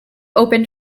opened